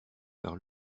par